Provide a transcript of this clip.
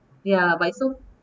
ya but you so